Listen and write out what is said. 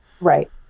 Right